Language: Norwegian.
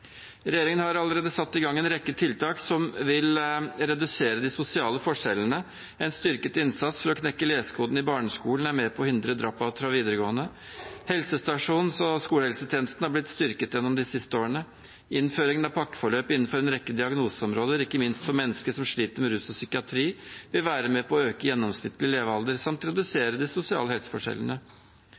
Regjeringen har allerede satt i gang en rekke tiltak som vil redusere de sosiale forskjellene. En styrket innsats for å knekke lesekoden i barneskolen er med på å hindre drop-out fra videregående, helsestasjonene og skolehelsetjenesten har blitt styrket gjennom de siste årene, og innføringen av pakkeforløp innenfor en rekke diagnoseområder, ikke minst for mennesker som sliter med rus og psykiatri, vil være med på å øke gjennomsnittlig levealder samt redusere de sosiale helseforskjellene.